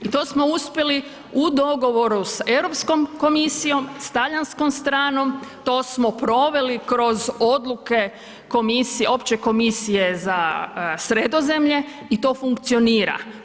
I to smo uspjeli u dogovoru s Europskom komisijom, s talijanskom stranom to smo proveli kroz odluke komisije, opće komisije za Sredozemlje i to funkcionira.